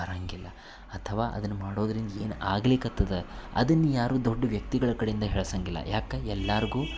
ಬರಂಗಿಲ್ಲ ಅಥವಾ ಅದನ್ನು ಮಾಡೋದ್ರಿಂದ ಏನು ಆಗಲಿಕತ್ತದ ಅದನ್ನು ಯಾರೂ ದೊಡ್ಡ ವ್ಯಕ್ತಿಗಳ ಕಡೆಯಿಂದ ಹೇಳ್ಸಂಗಿಲ್ಲ ಯಾಕೆ ಎಲ್ಲರ್ಗೂ